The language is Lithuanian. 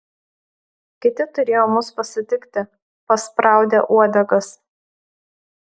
kiti turėjo mus pasitikti paspraudę uodegas